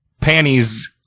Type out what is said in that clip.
panties